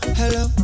hello